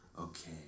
Okay